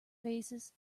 faces